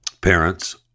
parents